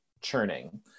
churning